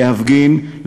להפגין,